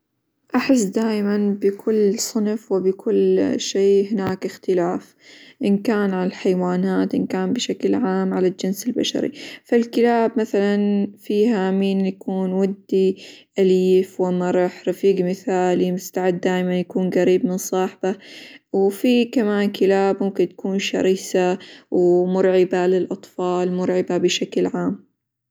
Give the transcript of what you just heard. أحس دايمًا بكل صنف، وبكل شيء هناك إختلاف، إن كان الحيوانات، إن كان بشكل عام على الجنس البشري، فالكلاب مثلا فيها مين يكون ودي، أليف، ومرح، رفيق مثالي، مستعد دايمًا يكون قريب من صاحبه، وفيه كمان كلاب ممكن تكون شرسة، ومرعبة للأطفال ، مرعبة بشكل عام.